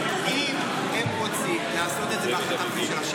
ואם הם רוצים לעשות את זה בהחלטת ממשלה,